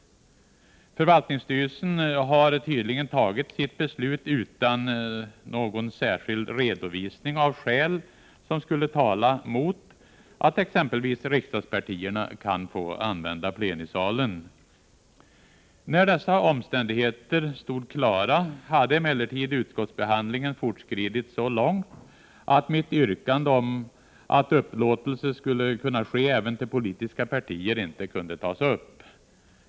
Förvaltningsstyrelsen har tydligen fattat sitt beslut utan någon särskild redovisning av skäl som skulle tala mot att exempelvis riksdagspartierna kan få använda plenisalen. När dessa omständigheter stod klara hade emellertid utskottsbehandlingen fortskridit så långt att mitt yrkande om att upplåtelse skulle kunna ske även till politiska partier inte kunde tas upp.